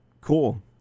Cool